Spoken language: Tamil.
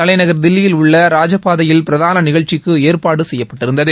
தலைநகர் தில்லியில் உள்ள ராஜபாதையில் பிரதான நிகழ்ச்சிக்கு ஏற்பாடு செய்யப்பட்டிருந்தது